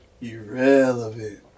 Irrelevant